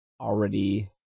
already